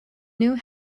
knew